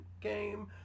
game